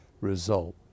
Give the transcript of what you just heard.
result